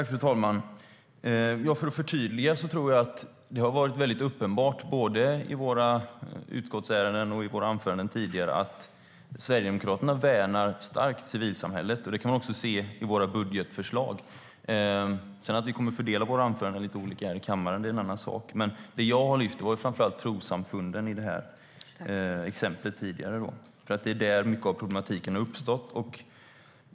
Fru talman! För att förtydliga tror jag att det har varit uppenbart både i våra utskottsärenden och i våra tidigare anföranden att Sverigedemokraterna värnar civilsamhället starkt. Det kan man också se i våra budgetförslag. Att vi sedan kommer att fördela våra anföranden lite olika här i kammaren är en annan sak. Jag lyfte framför allt fram trossamfunden i exemplet tidigare. Det är där mycket av problematiken har uppstått.